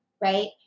Right